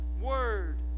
word